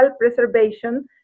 preservation